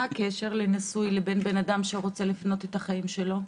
מה הקשר בין נישואים לבין בן אדם שרוצה לבנות את החיים שלו?